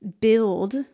build